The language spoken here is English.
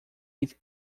eat